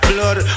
Blood